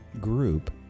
group